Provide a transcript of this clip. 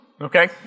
Okay